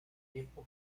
tiempo